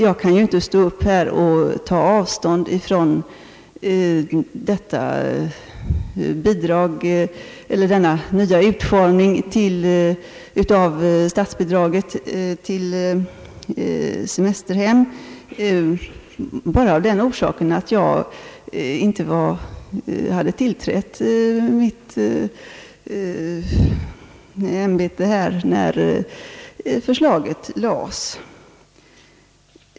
Jag kan ju inte stå upp här och ta avstånd från denna nya utformning av statsbidraget till semesterhem bara av den orsaken att jag inte hade tillträtt mitt ämbete när förslaget lades fram.